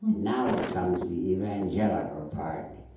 now ah comes the evangelical part.